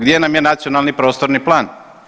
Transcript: Gdje nam je nacionalni prostorni plan?